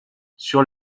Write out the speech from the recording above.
sur